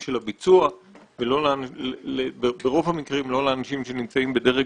של הביצוע וברוב המקרים לא לאנשים שנמצאים בדרג